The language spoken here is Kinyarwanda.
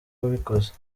wabikoze